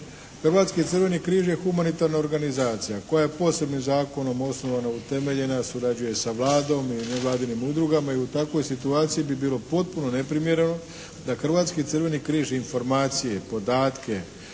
Hrvatski crveni križ je humanitarna organizacija koja je posebnim zakonom osnovana, utemeljena, a surađuje sa Vladom i nevladinim udrugama i u takvoj situaciji bi bilo potpuno neprimjereno da Hrvatski crveni križ informacije, podatke,